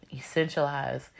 essentialize